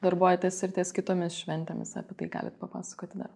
darbuojatės ir ties kitomis šventėmis apie tai galit papasakoti dar